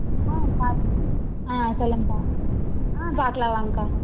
ம் ம் சொல்லுங்கக்கா ம் பார்க்கலாம் வாங்கக்கா